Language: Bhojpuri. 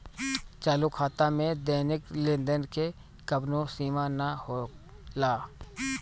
चालू खाता में दैनिक लेनदेन के कवनो सीमा ना होला